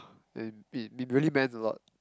then it it really meant a lot